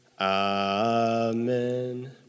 Amen